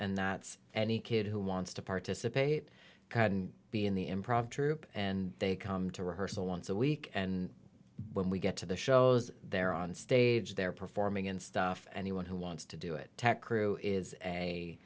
and that any kid who wants to participate can be in the improv troupe and they come to rehearsal once a week and when we get to the shows they're on stage they're performing and stuff anyone who wants to do it tech crew is a